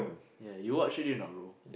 ya you watch already or not bro